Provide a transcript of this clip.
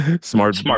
Smart